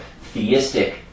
theistic